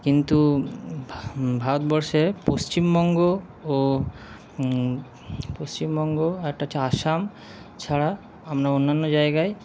কিন্তু ভারতবর্ষে পশ্চিমবঙ্গ ও পশ্চিমবঙ্গ আরেকটা হচ্ছে আসাম ছাড়া আমরা অন্যান্য জায়গায়